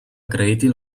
acrediti